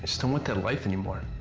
don't want that life anymore.